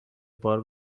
بار